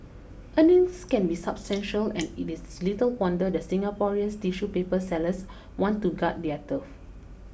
earnings can be substantial and it is little wonder the Singaporean tissue paper sellers want to guard their turf